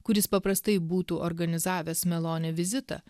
kuris paprastai būtų organizavęs meloni vizitą